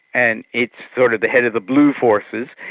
and it's sort of the head of the blue forces,